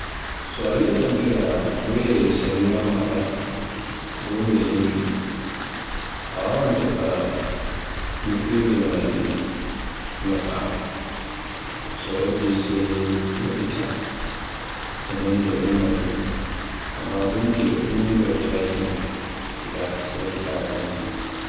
So a yiɗi amfira woyayel salula maaɗa bo ngel nyifi. A wawan tefa nyo'irgel maagel nyo'a. So waddi sey nyo'ita, ko nden ngel ummaake. Amma gongel ummilautaako ila, sai ta renti.